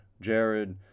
Jared